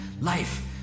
life